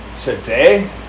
Today